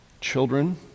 Children